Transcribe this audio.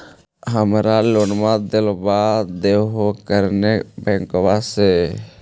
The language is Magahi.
हमरा लोनवा देलवा देहो करने बैंकवा से?